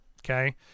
okay